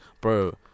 bro